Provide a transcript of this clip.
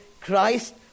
Christ